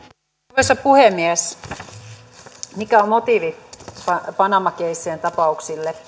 arvoisa puhemies mikä on valmiiksi rikkaiden motiivi panama keissien tapauksille